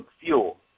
Fuel